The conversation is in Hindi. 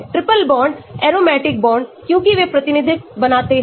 ट्रिपल बॉन्ड एरोमैटिक बॉन्ड क्योंकि वे प्रतिध्वनि बनाते हैं